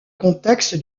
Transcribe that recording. contexte